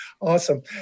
Awesome